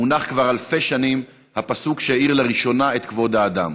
מונח כבר אלפי שנים הפסוק שהאיר לראשונה את כבוד האדם: